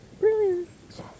Brilliant